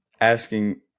asking